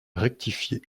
rectifié